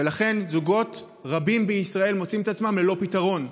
ולכן זוגות רבים בישראל מוצאים את עצמם ללא פתרון.